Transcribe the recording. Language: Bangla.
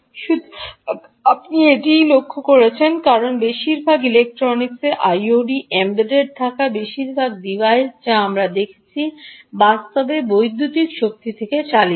সুতরাং আপনি এটিই লক্ষ্য করছেন কারণ বেশিরভাগ ইলেক্ট্রনিক্সই আইওটি এম্বেড থাকা বেশিরভাগ ডিভাইস যা আমরা দেখছি বাস্তবে বৈদ্যুতিক শক্তি থেকে চালিত হয়